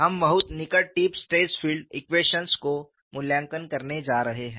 हम बहुत निकट टिप स्ट्रेस फील्ड इक्वेशंस को मूल्यांकन करने जा रहे हैं